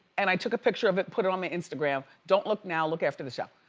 and i took a picture of it, put it on my instagram. don't look now. look after the show.